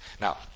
Now